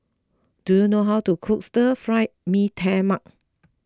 do you know how to cook Stir Fry Mee Tai Mak